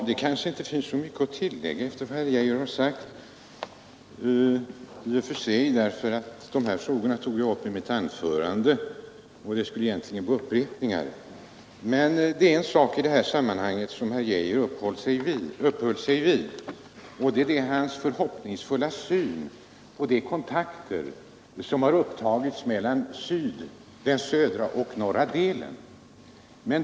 Det kanske i och för sig inte finns mycket att tillägga efter vad herr Geijer har sagt därför att de här frågorna tog jag upp i mitt anförande, och det skulle egentligen vara upprepningar att beröra dem Men herr Geijer uppehöll sig vid den förhoppningsfulla synen på de kontakter som har upptagits mellan den södra och den norra delen av Korea.